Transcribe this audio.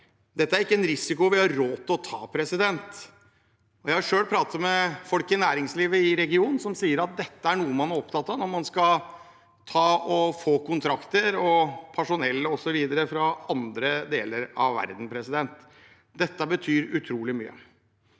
Dette er ikke en risiko vi har råd til å ta. Jeg har selv pratet med folk i næringslivet i regionen som sier at dette er noe man er opptatt av når man skal få kontrakter og personell osv. fra andre deler av verden. Dette betyr utrolig mye.